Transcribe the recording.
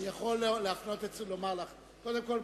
קודם כול,